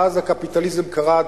ואז לקפיטליזם קורא דרור,